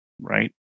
right